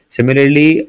Similarly